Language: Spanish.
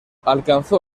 alcanzó